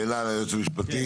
ליועץ המשפטי